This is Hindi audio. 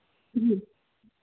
जी